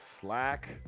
Slack